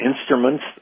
instruments